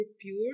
pure